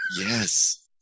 Yes